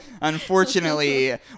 Unfortunately